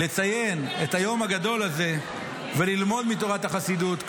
לציין את היום הגדול הזה וללמוד מתורת החסידות,